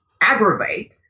aggravate